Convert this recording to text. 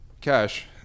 Cash